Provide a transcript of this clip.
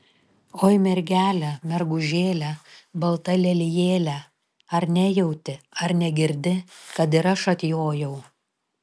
oi mergele mergužėle balta lelijėle ar nejauti ar negirdi kad ir aš atjojau